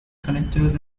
connectors